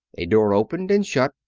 a door opened and shut.